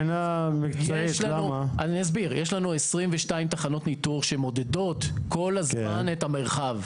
לנו 22 תחנות ניטור שמודדות כל הזמן את המרחב.